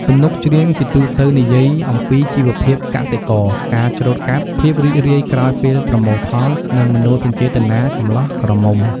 ទំនុកច្រៀងជាទូទៅនិយាយអំពីជីវភាពកសិករ ការច្រូតកាត់ ភាពរីករាយក្រោយពេលប្រមូលផល និងមនោសញ្ចេតនាកំលោះក្រមុំ។